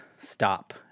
stop